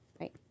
Right